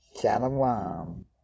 Shalom